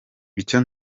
icyo